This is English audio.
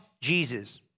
Jesus